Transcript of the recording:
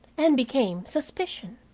and became suspicion.